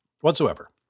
whatsoever